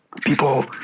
people